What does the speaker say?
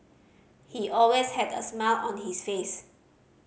he always had a smile on his face